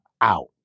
out